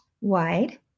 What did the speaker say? wide